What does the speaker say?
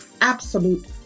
absolute